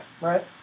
Right